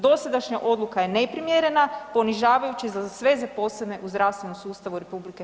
Dosadašnja odluka je neprimjerena, ponižavajuća za sve zaposlene u zdravstvenom sustavu RH.